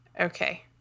Okay